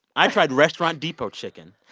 i tried restaurant depot chicken.